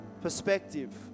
perspective